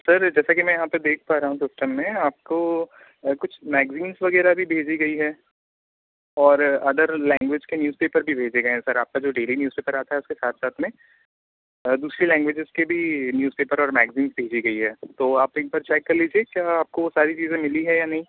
sir जैसे कि मैं यहाँ पर देख पा रहा हूँ सिस्टम में आपको कुछ मैगज़ीन वग़ैरह भी भेजी गई हैं और अदर लैंग्वेज के न्यूज़पेपर भी भेजे गए हैं सर आपका जो डेली न्यूज़पेपर आता है उसके साथ साथ में दूसरी लैंग्वेजेस के भी न्यूज़पेपर और मैगज़ींस भेजी गई हैं तो आप एक बार चेक कर लीजिए क्या आपको वह सारी चीज़ें मिली हैं या नहीं